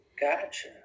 Gotcha